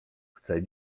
chcę